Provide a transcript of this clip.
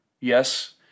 Yes